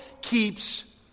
keeps